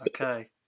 okay